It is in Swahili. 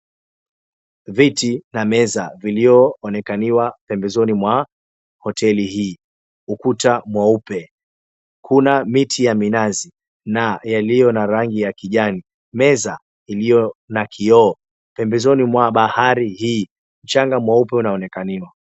Viti na meza vilioonekaniwa pembezoni mwa hoteli hii. Ukuta mweupe. Kuna miti ya minazi na yaliyo na rangi ya kijani. Meza ili𝑦o na kioo. Pembezoni mwa bahari hii mchanga mweupe unaonekaniwa.